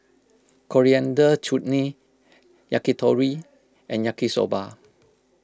Coriander Chutney Yakitori and Yaki Soba